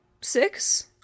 Six